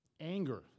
Anger